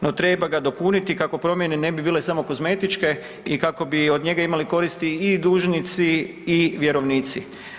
No treba ga dopuniti kako promjene ne bi bile samo kozmetičke i kako bi od njega imali koristi i dužnici i vjerovnici.